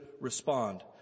respond